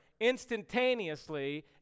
instantaneously